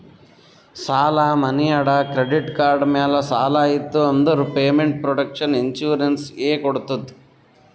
ಸಾಲಾ, ಮನಿ ಅಡಾ, ಕ್ರೆಡಿಟ್ ಕಾರ್ಡ್ ಮ್ಯಾಲ ಸಾಲ ಇತ್ತು ಅಂದುರ್ ಪೇಮೆಂಟ್ ಪ್ರೊಟೆಕ್ಷನ್ ಇನ್ಸೂರೆನ್ಸ್ ಎ ಕೊಡ್ತುದ್